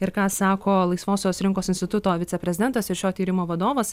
ir ką sako laisvosios rinkos instituto viceprezidentas ir šio tyrimo vadovas